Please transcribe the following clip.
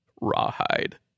Rawhide